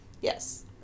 Yes